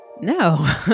no